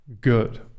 good